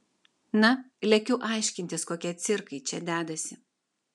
na lekiu aiškintis kokie cirkai čia dedasi